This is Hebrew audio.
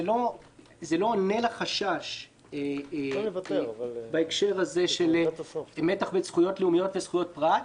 זה לא עונה לחשש בהקשר של מתח בין זכויות לאומיות לבין זכויות פרט,